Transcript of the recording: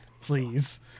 please